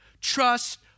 trust